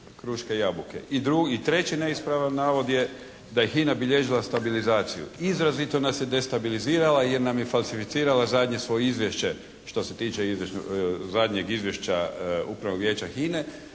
treći neispravan navod je da je HINA bilježila stabilizaciju. Izrazito nas je destabilizirala jer nam je falsificirala zadnje svoje izvješće što se tiče zadnjeg izvješća Upravnog vijeća HINA-e